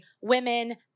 women